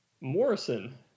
Morrison